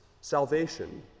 salvation